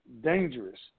dangerous